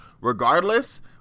regardless